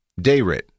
Dayrit